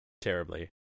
Terribly